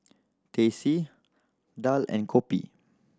Teh C daal and kopi